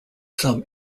sum